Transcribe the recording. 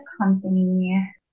company